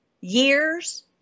years